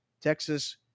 Texas